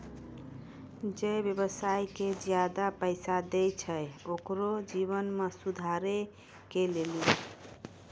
जे व्यवसाय के ज्यादा पैसा दै छै ओकरो जीवनो मे सुधारो के लेली